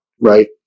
right